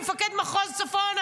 מפקד מחוז צפון,